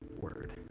word